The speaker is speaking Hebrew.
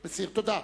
תודה.